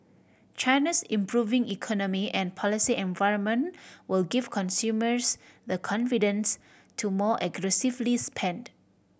China's improving economy and policy environment will give consumers the confidence to more aggressively spend